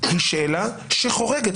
היא שאלה חורגת.